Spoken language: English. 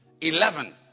eleven